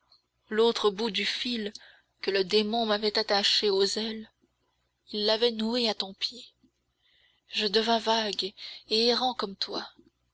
l'autre bout du fil que le démon m'avait attaché aux ailes il l'avait noué à ton pied je devins vague et errant comme toi